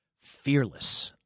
Fearless